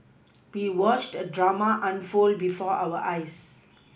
we watched the drama unfold before our eyes